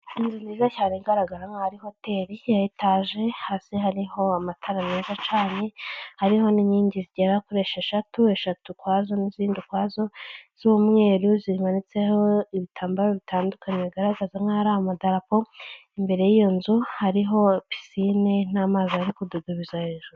Inzu nziza cyane iagaragara nk'aho ari hoteli ya etaje, hasi hariho amatara meza acanye, hariho n'inkingi zigera kuri esheshatu, eshatu ukwazo n'izindi ukwazo z'umweru, zimanitseho ibitambaro bitandukanye bigaragaza nk'aho ari amadarapo, imbere y'iyo nzu hariho pisine n'amazi ari kududubiza hejuru.